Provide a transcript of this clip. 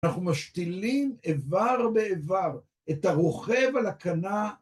אנחנו משתילים איבר באיבר את הרוכב על הקנה